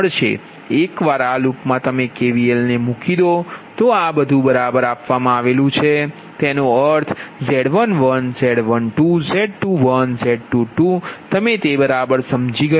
એકવાર આ લૂપમાં તમે KVL ને મૂકી દો તો આ બધું બરાબર આપવામાં આવ્યું છે તેનો અર્થ Z11Z12Z21Z22 તમે તે બરાબર સમજી ગયા છો